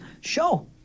show